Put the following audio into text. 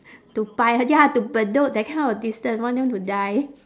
to paya ya to bedok that kind of distance want them to die